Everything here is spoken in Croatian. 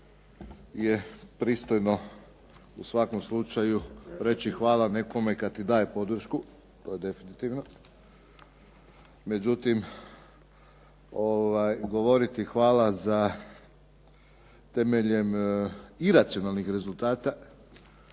je pristojno u svakom slučaju reći hvala nekome kad ti daje podršku, to je definitivno. Međutim, govoriti hvala za temeljem iracionalnih rezultata,